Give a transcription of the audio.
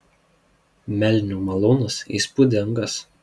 melnių malūnas įspūdingas